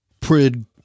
Prid